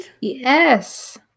Yes